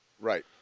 Right